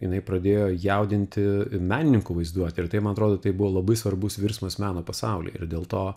jinai pradėjo jaudinti menininkų vaizduotę ir tai man atrodo tai buvo labai svarbus virsmas meno pasaulyje ir dėl to